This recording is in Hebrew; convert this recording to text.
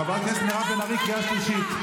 חברת הכנסת בן ארי, קריאה שלישית.